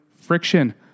Friction